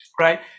Right